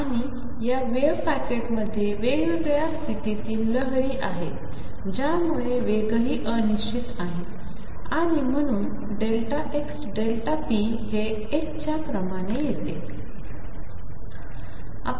आणियावेव्हपॅकेटमध्येवेगवेगळ्यास्थितितीललहरीआहेतत्यामुळेवेगहीअनिश्चितआहेआणिम्हणून ΔxΔpहे h च्याक्रमानेयेतो